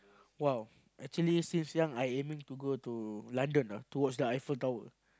!wow! actually since young I aiming to go London ah towards the Eiffel-Tower